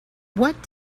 what